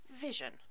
vision